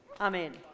Amen